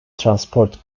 transport